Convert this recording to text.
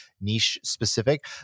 niche-specific